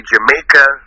Jamaica